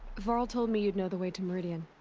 varl told me you'd know the way to meridian.